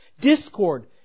discord